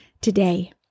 today